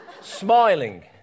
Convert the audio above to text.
smiling